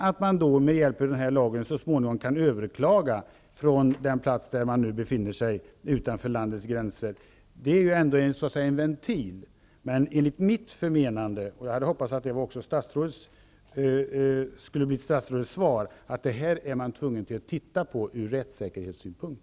Att man sedan med hjälp av den här lagen så småningom kan överklaga från den plats där man befinner sig utanför landets gränser är en ventil, men enligt mitt förmenande -- och jag hade hoppats att det också skulle vara statsrådets svar -- är man tvungen att titta på detta ur rättssäkerhetssynpunkt.